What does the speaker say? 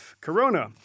Corona